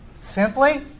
simply